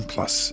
Plus